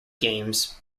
games